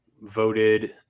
voted